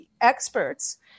experts